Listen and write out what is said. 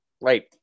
right